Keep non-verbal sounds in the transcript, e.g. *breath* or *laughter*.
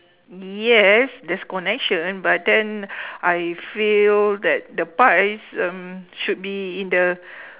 yes there's connection but then *breath* I feel that the pies um should be in the